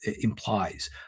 implies